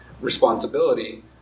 responsibility